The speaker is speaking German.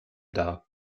dar